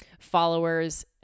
followers